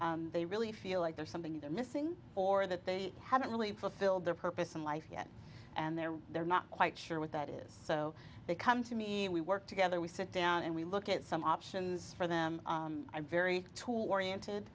they really feel like there's something they're missing or that they haven't really fulfilled their purpose in life yet and they're they're not quite sure what that is so they come to me and we work together we sit down and we look at some options for them i'm very tool oriented